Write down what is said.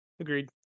Agreed